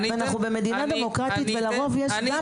אנחנו במדינה דמוקרטית ולרוב יש,